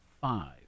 Five